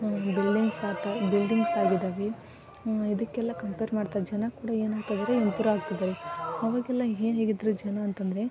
buildings ಆಗ್ತಾ buildings ಆಗಿದ್ದಾವೆ ಇದಕ್ಕೆಲ್ಲ ಕಂಪೇರ್ ಮಾಡ್ತಾ ಜನ ಕೂಡ ಏನಾಗ್ತಾ ಇದ್ದಾರೆ ಇಂಪ್ರೂ ಆಗ್ತಿದ್ದಾರೆ ಅವಾಗೆಲ್ಲ ಹೇಗೆ ಹೇಗಿದ್ದರು ಜನ ಅಂತಂದರೆ